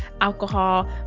alcohol